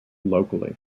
locally